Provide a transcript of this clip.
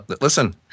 Listen